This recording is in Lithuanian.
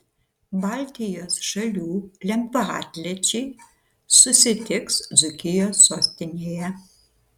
baltijos šalių lengvaatlečiai susitiks dzūkijos sostinėje